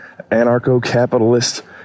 anarcho-capitalist